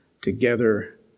Together